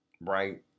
right